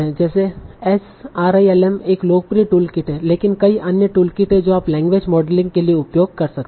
जैसे SRILM एक लोकप्रिय टूलकिट है लेकिन कई अन्य टूलकिट हैं जो आप लैंग्वेज मॉडलिंग के लिए उपयोग कर सकते हैं